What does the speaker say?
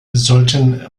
sollten